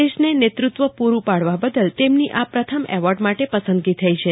દેશને નેતૃત્વ પૂરૂં પાડવા બદલ તેમની આ પ્રથમ એવોર્ડ માટે પસંદગી થઈ છે